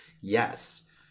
yes